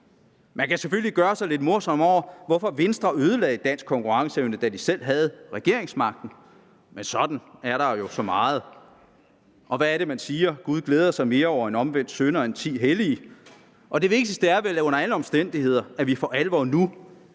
Man kan selvfølgelig gøre sig lidt morsom over, hvorfor Venstre ødelagde dansk konkurrenceevne, da de selv havde regeringsmagten, men sådan er der jo så meget. Hvad er det man siger? Gud glæder sig mere over en omvendt synder end ti hellige. Det vigtigste er vel under alle omstændigheder, at vi for alvor nu